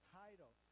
title